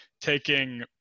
taking